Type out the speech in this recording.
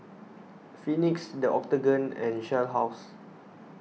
Phoenix the Octagon and Shell House